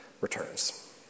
returns